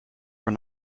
were